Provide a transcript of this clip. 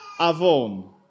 avon